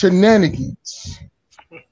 Shenanigans